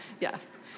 Yes